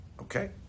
Okay